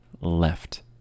left